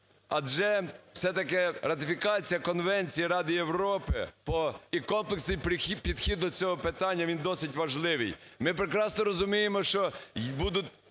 Адже все-таки ратифікація Конвенції Ради Європи і комплексний підхід до цього питання, він досить важливий. Ми прекрасно розуміємо, що будуть,